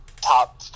top